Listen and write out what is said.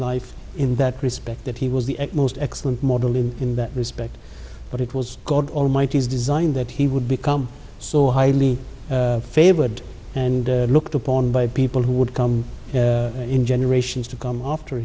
life in that respect that he was the most excellent modeling in that respect but it was god almighty's designed that he would become so highly favored and looked upon by people who would come in generations to come after